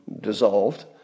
dissolved